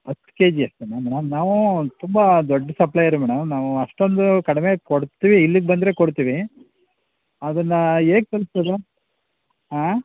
ಹತ್ತು K G ಅಷ್ಟೆನಾ madam ನಾವು ತುಂಬ ದೊಡ್ಡ ಸಪ್ಲಯರು ಮೇಡಮ್ ನಾವು ಅಷ್ಟೊಂದು ಕಡಿಮೆ ಕೊಡ್ತೀವಿ ಇಲ್ಲಿಗೆ ಬಂದರೆ ಕೊಡ್ತೀವಿ ಅದನ್ನು ಹೇಗ್ ತಲುಪ್ಸೋದು ಆಂ